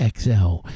XL